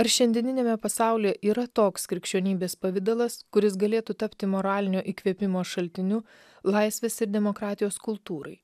ar šiandieniniame pasaulyje yra toks krikščionybės pavidalas kuris galėtų tapti moralinio įkvėpimo šaltiniu laisvės ir demokratijos kultūrai